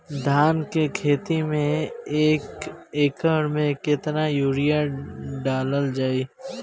धान के खेती में एक एकड़ में केतना यूरिया डालल जाई?